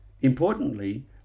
Importantly